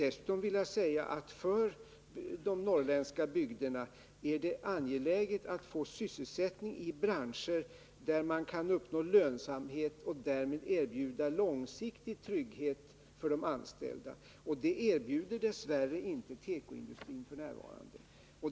Dessutom är det angeläget för de norrländska bygderna att få sysselsättning i branscher där lönsamhet kan uppnås och därmed långsiktig trygghet erbjudas för de anställda, och det erbjuder dess värre inte tekoindustrin f. n.